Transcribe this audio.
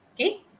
Okay